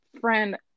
friend